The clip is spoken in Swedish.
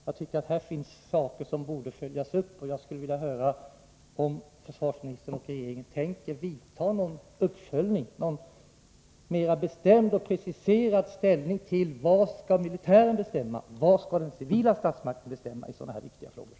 Jag tycker att det finns många frågor som borde följas upp, och jag skulle vilja fråga om försvarsministern och regeringen tänker göra någon sådan uppföljning så att man mer bestämt och preciserat kan ta ställning till när militären skall bestämma resp. när den civila statsmakten skall bestämma i sådana här viktiga frågor.